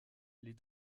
les